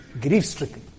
grief-stricken